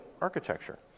architecture